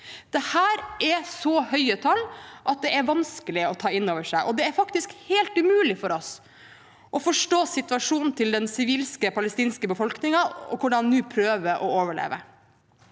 Dette er så høye tall at det er vanskelig å ta det inn over seg, og det er faktisk helt umulig for oss å forstå situasjonen til den sivile palestinske befolkningen, hvor de nå prøver å overleve.